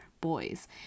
boys